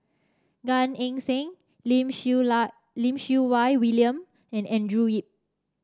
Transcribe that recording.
Gan Eng Seng Lim Siew Lim Siew Wai William and Andrew Yip